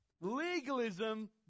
legalism